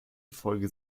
infolge